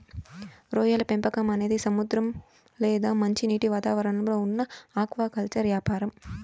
రొయ్యల పెంపకం అనేది సముద్ర లేదా మంచినీటి వాతావరణంలో ఉన్న ఆక్వాకల్చర్ యాపారం